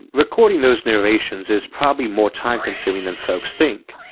recording those narrations is probably more time consuming than folks think,